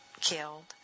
killed